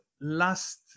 last